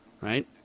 right